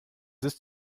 ist